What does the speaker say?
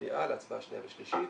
למליאה להצבעה שנייה ושלישית,